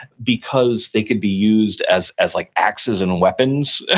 because they could be used as as like axes and and weapons,